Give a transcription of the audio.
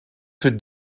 für